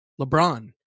LeBron